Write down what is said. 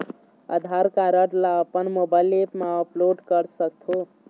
आधार card ला अपन mobile app मा अपलोड कर सकथों?